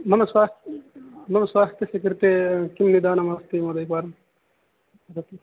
मम स्वास् मम स्वास्थस्य कृते किं निदानमस्ति महोदय एकवारं वदतु